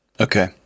Okay